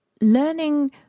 learning